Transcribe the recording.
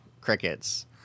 crickets